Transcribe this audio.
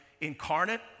Incarnate